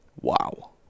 wow